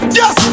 yes